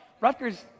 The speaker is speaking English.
Rutgers